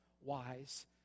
wise